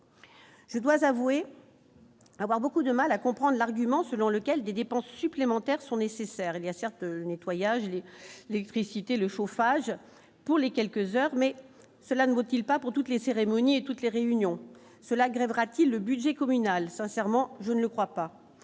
Je dois avouer avoir beaucoup de mal à comprendre l'argument selon lequel des dépenses supplémentaires sont nécessaires, il y a certes le nettoyage et l'électricité, le chauffage pour les quelques heures mais cela ne vaut-il pas pour toutes les cérémonies et toutes les réunions cela la grève aura-t-il le budget communal, sincèrement je ne le crois pas,